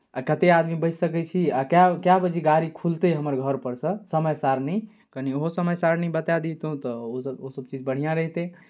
आ कतेक आदमी बैस सकै छी आ कए कए बजे गाड़ी खुलतै हमर घरपर सँ समय सारणी कनि ओहो समय सारणी बताए दैतहुँ तऽ ओसभ ओसभ चीज बढ़िआँ रहितै